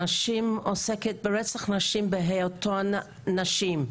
עוסקת ברצח נשים בהיותן נשים.